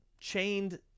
chained